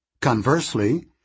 Conversely